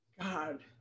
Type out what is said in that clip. God